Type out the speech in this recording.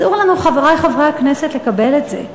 אסור לנו, חברי חברי הכנסת, לקבל את זה.